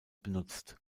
benutzt